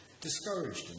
discouraged